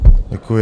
Děkuji.